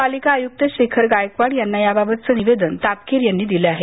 पालिका आयुक्त शेखर गायकवाड यांना याबाबतचं निवेदन तापकीर यांनी दिलं आहे